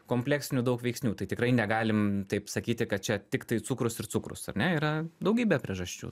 kompleksinių daug veiksnių tai tikrai negalim taip sakyti kad čia tiktai cukrus ir cukrus ar ne yra daugybė priežasčių